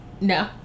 No